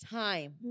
time